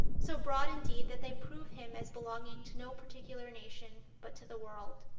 so broad, indeed, that they prove him as belonging to no particular nation, but to the world.